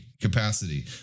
capacity